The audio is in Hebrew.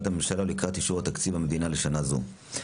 הממשלה לקראת אישור תקציב המדינה לשנה זו.